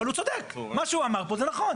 אבל הוא צודק, מה שהוא אמר פה זה נכון.